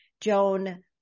Joan